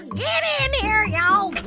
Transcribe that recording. get in here, yeah ah